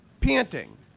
panting